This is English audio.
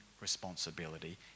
responsibility